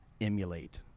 emulate